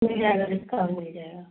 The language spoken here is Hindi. मिल जाएगा डिस्काउंट मिल जाएगा